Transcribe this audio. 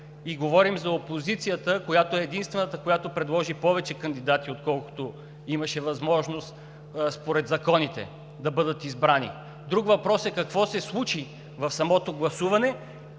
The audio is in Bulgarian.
И говорим за опозицията, която е единствената, която предложи повече кандидати, отколкото имаше възможност според законите да бъдат избрани. Друг въпрос е какво се случи в самото гласуване